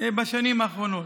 בשנים האחרונות.